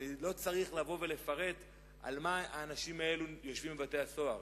אני לא צריך לבוא ולפרט על מה האנשים האלה יושבים בבתי-הסוהר.